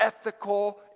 ethical